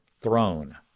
throne